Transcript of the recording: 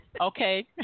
okay